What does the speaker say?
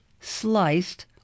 sliced